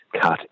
cut